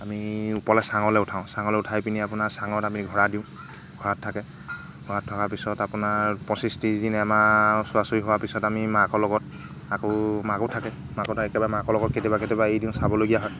আমি ওপৰলৈ চাঙলৈ উঠাওঁ চাঙলৈ উঠাই পিনি আপোনাৰ চাঙত আমি ঘৰা দিওঁ ঘৰাত থাকে ঘৰাত থকাৰ পিছত আপোনাৰ পঁচিছ ত্ৰিছ দিন এমাহ ওচৰা ওচৰি হোৱাৰ পিছত আমি মাকৰ লগত আকৌ মাকো থাকে মাকো তাই একেবাৰে মাকৰ লগত কেতিয়াবা কেতিয়াবা এৰি দিওঁ চাবলগীয়া হয়